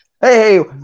hey